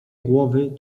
głowy